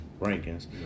rankings